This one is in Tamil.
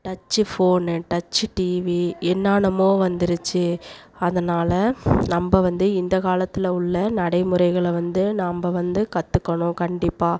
டச்சு ஃபோன்னு டச்சு டிவி என்னானமோ வந்துருச்சு அதனால் நம்ப வந்து இந்த காலத்தில் உள்ள நடைமுறைகளை வந்து நாம்ப வந்து கற்றுக்கணும் கண்டிப்பாக